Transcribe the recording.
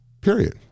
Period